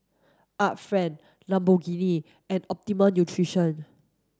Art Friend Lamborghini and Optimum Nutrition